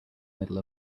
middle